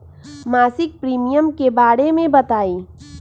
मासिक प्रीमियम के बारे मे बताई?